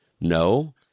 no